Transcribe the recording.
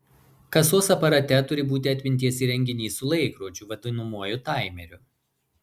kasos aparate turi būti atminties įrenginys su laikrodžiu vadinamuoju taimeriu